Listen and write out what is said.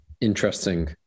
Interesting